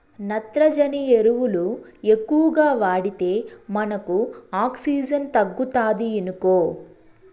నత్రజని ఎరువులు ఎక్కువగా వాడితే మనకు ఆక్సిజన్ తగ్గుతాది ఇనుకో